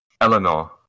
Eleanor